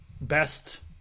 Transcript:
best –